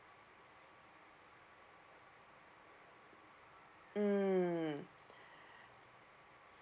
mm